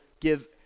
give